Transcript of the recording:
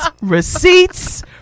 receipts